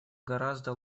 гораздо